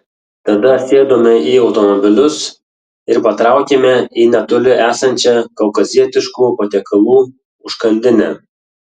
tada sėdome į automobilius ir patraukėme į netoli esančią kaukazietiškų patiekalų užkandinę